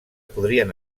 podrien